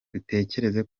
dutekereza